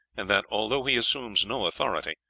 and that, although he assumes no authority,